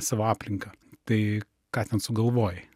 savo aplinką tai ką ten sugalvojai